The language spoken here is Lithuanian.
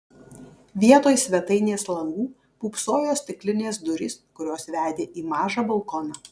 vietoj svetainės langų pūpsojo stiklinės durys kurios vedė į mažą balkoną